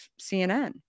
CNN